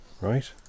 right